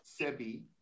sebi